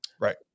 Right